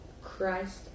christ